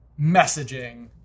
messaging